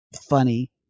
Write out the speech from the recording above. funny